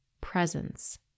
presence